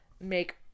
make